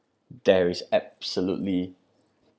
there is absolutely